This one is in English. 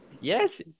Yes